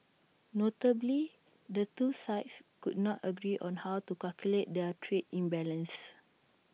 notably the two sides could not agree on how to calculate their trade imbalance